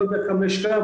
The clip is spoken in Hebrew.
לא יודע כמה יש כרגע,